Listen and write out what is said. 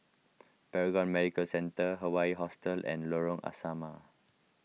Paragon Medical Centre Hawaii Hostel and Lorong Asrama